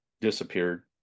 disappeared